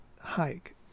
hike